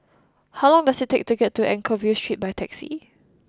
how long does it take to get to Anchorvale Street by taxi